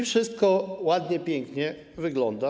Wszystko ładnie, pięknie wygląda.